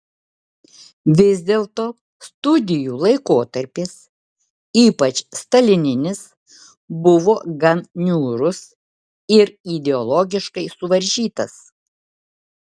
vis dėlto studijų laikotarpis ypač stalininis buvo gan niūrus ir ideologiškai suvaržytas